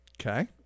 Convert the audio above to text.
okay